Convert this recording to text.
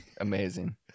Amazing